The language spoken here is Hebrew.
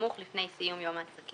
בסמוך לפני סיום יום העסקים,